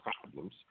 problems